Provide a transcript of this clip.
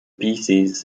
pieces